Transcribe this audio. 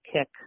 kick